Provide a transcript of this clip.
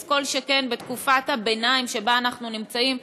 אז כל שכן בתקופת הביניים שבה אנחנו נמצאים,